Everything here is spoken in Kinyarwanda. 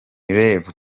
rev